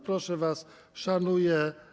Proszę was, szanuję.